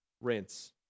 rinse